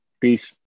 peace